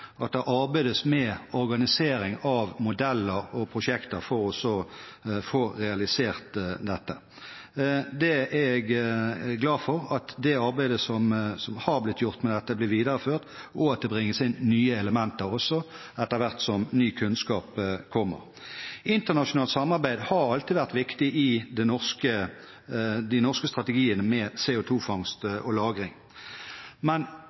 at det arbeides med organisering av modeller og prosjekter for å få realisert dette. Jeg er glad for at det arbeidet som har blitt gjort med dette, blir videreført, og at det bringes inn nye elementer også, etter hvert som ny kunnskap kommer. Internasjonalt samarbeid har alltid vært viktig i de norske strategiene med CO2-fangst og -lagring, men